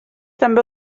també